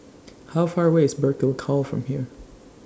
How Far away IS Burkill Cow from here